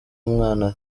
umwana